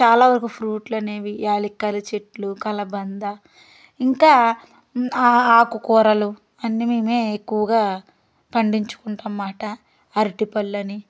చాలా వరకు ఫ్రూట్లు అనేవి యాలకుల చెట్లు కలబంద ఇంకా ఆకుకూరలు అన్నీ మేము ఎక్కువగా పండించుకుంటాం అన్నమాట అరటిపళ్ళని